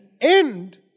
end